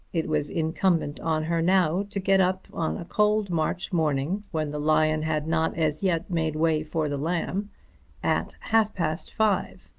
it was incumbent on her now to get up on a cold march morning when the lion had not as yet made way for the lamb at half-past five.